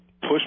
push